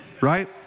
right